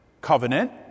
covenant